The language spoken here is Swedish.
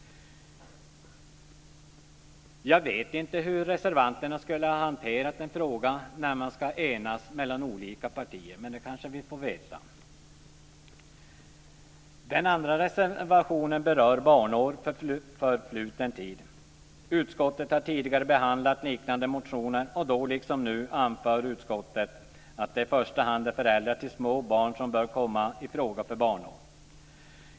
Jag vet inte hur reservanterna skulle ha hanterat en fråga som olika partier ska enas om, men det får vi kanske veta. Den andra reservationen berör barnår för förfluten tid. Utskottet har tidigare behandlat liknande motioner, och då liksom nu anför utskottet att det i första hand är föräldrar till små barn som bör komma i fråga för barnår.